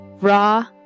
Raw